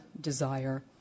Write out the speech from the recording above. desire